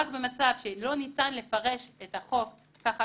רק במצב שלא ניתן לפרש את החוק ככה